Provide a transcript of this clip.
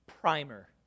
primer